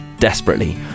desperately